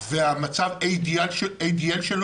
ומצב ה-ADL,